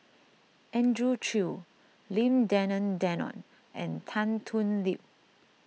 Andrew Chew Lim Denan Denon and Tan Thoon Lip